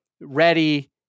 ready